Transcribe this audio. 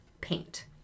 paint